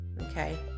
okay